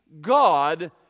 God